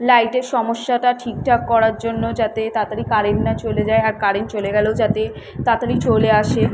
লাইটের সমস্যাটা ঠিকঠাক করার জন্য যাতে তাড়াতাড়ি কারেন্ট না চলে যায় আর কারেন্ট চলে গেলেও যাতে তাড়াতাড়ি চলে আসে